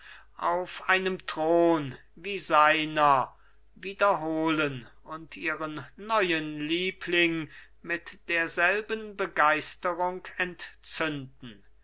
auf einem thron wie seiner wiederholen und ihren neuen liebling mit derselben begeisterung entzünden